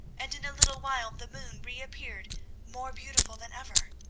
and in a little while the moon reappeared more beautiful than ever.